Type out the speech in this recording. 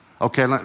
Okay